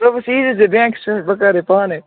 صُبَحس ییٖزِ ژٕ بینٛکَس پٮ۪ٹھ بہٕ کَرے پانَے